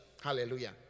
Hallelujah